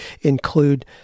include